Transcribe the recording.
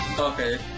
Okay